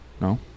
No